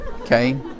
Okay